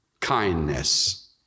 kindness